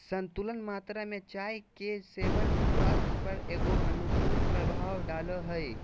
संतुलित मात्रा में चाय के सेवन स्वास्थ्य पर एगो अनुकूल प्रभाव डालो हइ